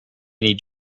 need